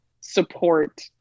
support